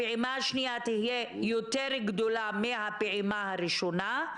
הפעימה השנייה תהיה יותר גדולה מהפעימה הראשונה.